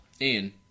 Ian